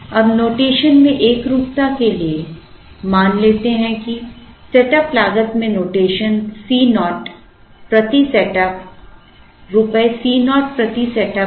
अब नोटेशन में एकरूपता के लिए मान लेते हैं कि सेटअप लागत में नोटेशन Cnaught प्रति सेटअप रुपए Cnaught प्रति सेटअप है